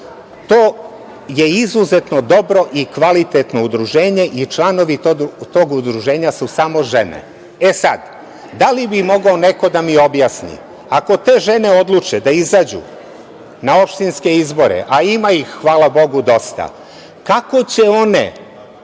je izuzetno dobro i kvalitetno udruženje i članovi tog udruženja su samo žene.E sada, da li bi mogao neko da mi objasni, ako te žene odluče da izađu na opštinske izbore, a ima ih, hvala Bogu dosta, kako će one